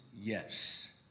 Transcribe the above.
yes